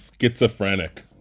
Schizophrenic